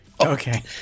Okay